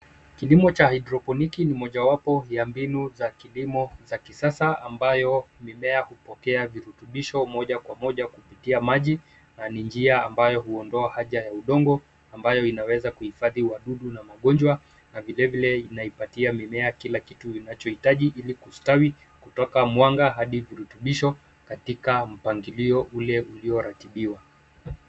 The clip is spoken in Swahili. Kilimo cha hidroponiki ni mmojawapo ya mbinu za kilimo za kisasa ambayo mimea hupokea virutubisho moja kwa moja kupitia maji na ni njia ambayo huondoa haja ya udongo ambayo inaweza kuhifadhi wadudu na magonjwa, na vile vile inaipatia mimea kila kitu inachohitaji ili kustawi kutoka mwanga hadi virutubisho katika mpangilio ule ulioratibiwa.